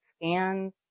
scans